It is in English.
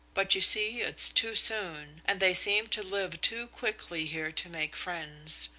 but you see it's too soon, and they seem to live too quickly here to make friends.